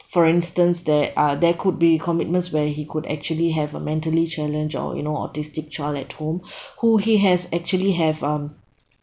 for instance there are there could be commitments where he could have a mentally challenged or you know autistic child at home who he has actually have um